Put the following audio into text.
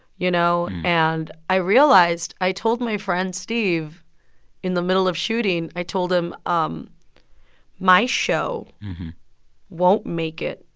you know. and i realized i told my friend steve in the middle of shooting, i told him, um my show won't make it.